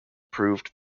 proved